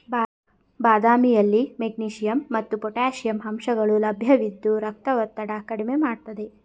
ಬಾದಾಮಿಯಲ್ಲಿ ಮೆಗ್ನೀಷಿಯಂ ಮತ್ತು ಪೊಟ್ಯಾಷಿಯಂ ಅಂಶಗಳು ಲಭ್ಯವಿದ್ದು ರಕ್ತದ ಒತ್ತಡ ಕಡ್ಮೆ ಮಾಡ್ತದೆ